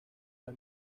las